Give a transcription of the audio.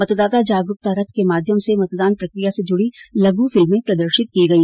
मतदाता जागरूकता रथ के माध्यम से मतदान प्रक्रिया से जुडी लघु फिल्मे प्रदर्शित की गई